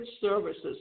services